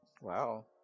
Wow